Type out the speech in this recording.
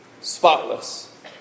spotless